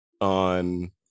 on